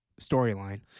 storyline